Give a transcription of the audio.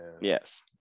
Yes